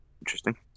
Interesting